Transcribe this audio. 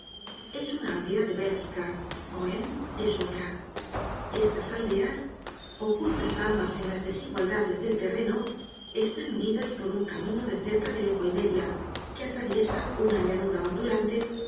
es una aldea de bélgica ohain es otra estas aldeas ocultas ambas en las desigualdades del terreno están unidas por un camino de cerca de legua y media que atraviesa una llanura ondulante